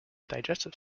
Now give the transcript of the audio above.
digestive